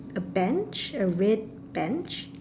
a Bench a red Bench